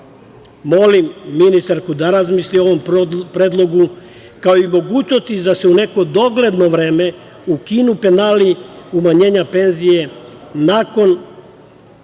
ministarku da razmisli o ovom predlogu, kao i mogućnosti da se u neko dogledno vreme ukinu penali umanjenja penzije nakon